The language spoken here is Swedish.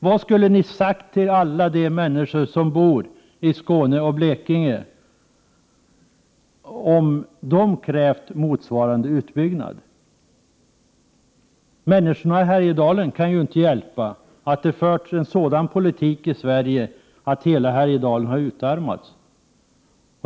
Vad skulle ni sagt till alla människor som bor i de länen om de hade haft motsvarande krav? Människorna i Härjedalen kan ju inte hjälpa att det förts en sådan politik i Sverige att hela Härjedalen har utarmats.